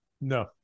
No